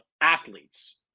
athletes